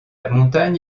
montagne